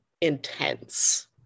intense